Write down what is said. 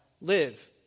live